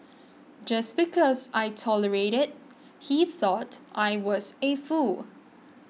just because I tolerated he thought I was a fool